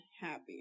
happy